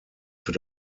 für